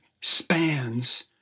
spans